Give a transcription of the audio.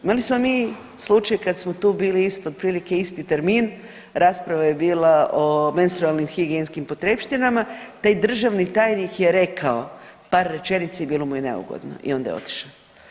Imali smo mi slučaj kad smo tu bili isto, otprilike isti termin, rasprava je bila o menstrualnim higijenskim potrepštinama, taj državni tajnik je rekao par rečenica i bilo mu je neugodno i onda je otišao.